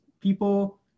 people